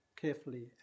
carefully